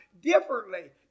differently